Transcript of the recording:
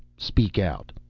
speak out!